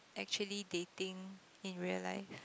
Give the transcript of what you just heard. actually dating in real life